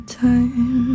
time